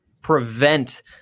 prevent